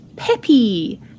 Peppy